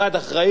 הוא לא אשם,